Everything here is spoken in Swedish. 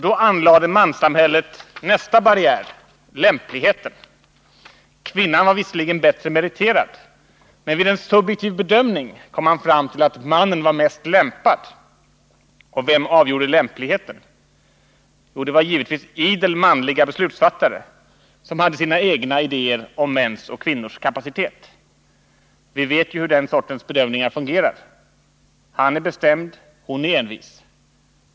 Då anlade manssamhället nästa barriär: lämpligheten. Kvinnan var visserligen bättre meriterad, men vid en subjektiv bedömning kom man fram till att mannen var mest lämpad. Och vem avgjorde lämpligheten? Det var givetvis idel manliga beslutsfattare som hade sina egna idéer om mäns och kvinnors kapacitet. Vi vet ju hur den sortens bedömning har fungerat: Han är bestämd, hon är envis.